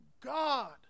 God